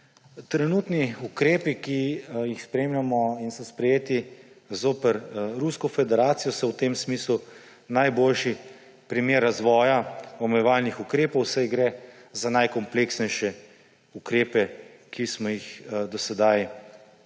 Trenutni ukrepi, ki jih spremljamo in so sprejeti zoper Rusko federacijo, so v tem smislu najboljši primer razvoja omejevalnih ukrepov, saj gre za najkompleksnejše ukrepe, ki smo jih do sedaj sprejemali.